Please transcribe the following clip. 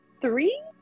three